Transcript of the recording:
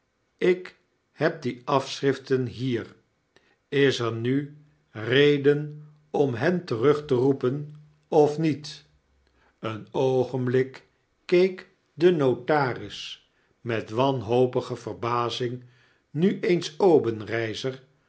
ik heb die afschriften hier is er nu reden om hen terug te roepen of niet een oogenblik keek de notaris met wanhopige verbazing nu eens obenreizer